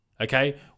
Okay